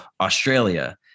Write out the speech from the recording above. Australia